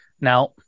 Now